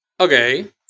Okay